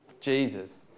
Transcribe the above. Jesus